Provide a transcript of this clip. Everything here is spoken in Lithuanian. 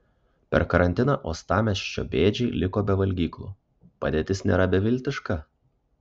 per karantiną uostamiesčio bėdžiai liko be valgyklų padėtis nėra beviltiška